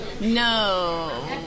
No